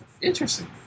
Interesting